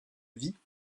vie